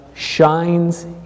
shines